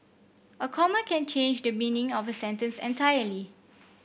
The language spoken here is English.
a comma can change the meaning of a sentence entirely